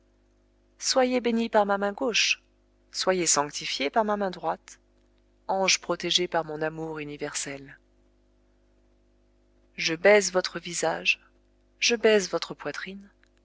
soyez bénis par ma main gauche soyez sanctifiés par ma main droite anges protégés par mon amour universel je baise votre visage je baise votre poitrine